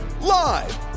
Live